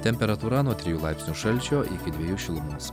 temperatūra nuo trijų laipsnių šalčio iki dviejų šilumos